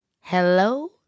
Hello